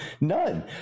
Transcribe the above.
None